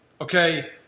okay